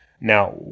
Now